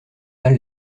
mal